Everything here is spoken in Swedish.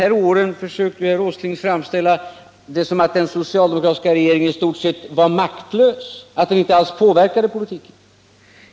Herr Åsling försöker nämligen samtidigt framställa det som om den socialdemokratiska regeringen under de här åren var helt maktlös och inte kunde påverka politiken.